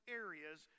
areas